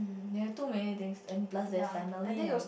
you too many things and plus there's family and